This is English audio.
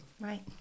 right